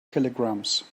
telegrams